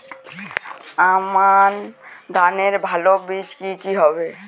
আমান ধানের ভালো বীজ কি কি হবে?